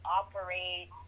operate